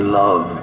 love